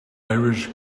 irish